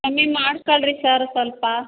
ಕಮ್ಮಿ ಮಾಡ್ಕೊಳ್ರಿ ಸರ್ ಸ್ವಲ್ಪ